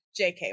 JK